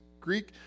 Greek